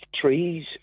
trees